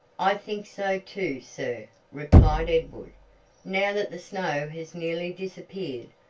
i think so too, sir, replied edward now that the snow has nearly disappeared,